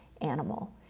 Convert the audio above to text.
animal